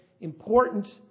important